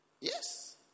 Yes